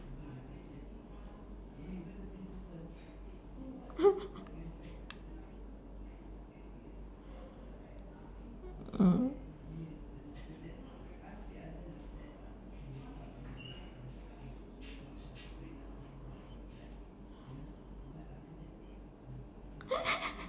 mm